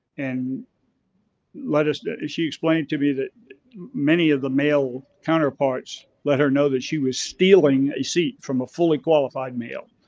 and let us she explained to me that many of the male counterparts let her know that she was stealing a seat from a fully qualified male.